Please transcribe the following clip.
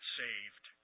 saved